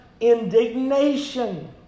indignation